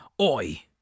Oi